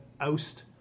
oust